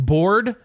Bored